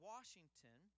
Washington